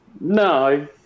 No